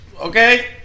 Okay